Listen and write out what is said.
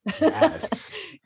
Yes